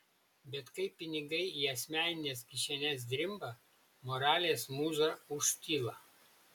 bet kai pinigai į asmenines kišenes drimba moralės mūza užtyla